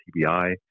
TBI